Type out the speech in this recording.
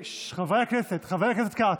חברי הכנסת, חבר הכנסת כץ,